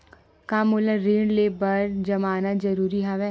का मोला ऋण ले बर जमानत जरूरी हवय?